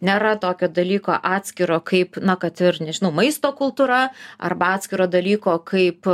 nėra tokio dalyko atskiro kaip na kad ir nežinau maisto kultūra arba atskiro dalyko kaip